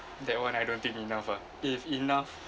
that [one] I don't think enough ah if enough